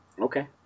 Okay